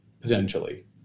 potentially